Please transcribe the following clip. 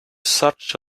such